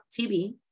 TV